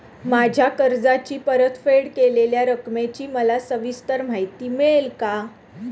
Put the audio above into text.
माझ्या कर्जाची परतफेड केलेल्या रकमेची मला सविस्तर माहिती मिळेल का?